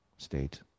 state